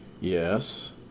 Yes